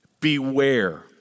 Beware